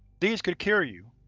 these could cure you.